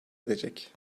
edecek